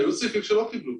היו סעיפים שלא קיבלו.